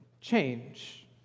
change